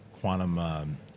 quantum